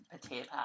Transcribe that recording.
potato